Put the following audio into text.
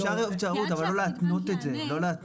אפשר אבל לא להתנות את זה.